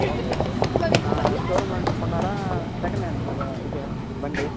okay అండి showroom నుంచి కొన్నారా సెకండ్ హాండ్ మొబై ఇదా బండి